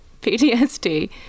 PTSD